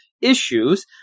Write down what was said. issues